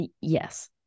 yes